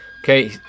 Okay